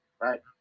right